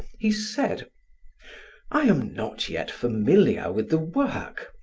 he said i am not yet familiar with the work.